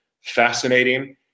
fascinating